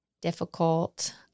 difficult